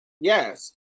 Yes